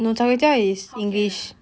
hokkien ah